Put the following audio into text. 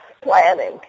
planning